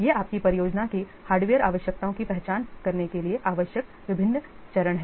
ये आपकी परियोजना की हार्डवेयर आवश्यकताओं की पहचान करने के लिए आवश्यक विभिन्न चरण हैं